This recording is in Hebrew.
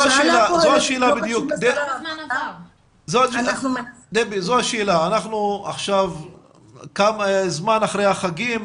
השאלה היא אנחנו היום אחרי החגים,